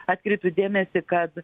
atkreipiu dėmesį kad